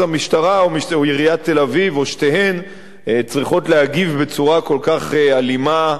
אז המשטרה או עיריית תל-אביב או שתיהן צריכות להגיב בצורה כל כך אלימה,